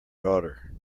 daughter